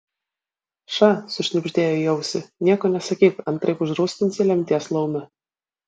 ša sušnibždėjo į ausį nieko nesakyk antraip užrūstinsi lemties laumę